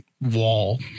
wall